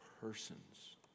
persons